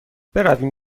برویم